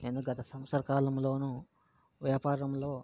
నేను గత సంవత్సర కాలంలోనూ వ్యాపారంలో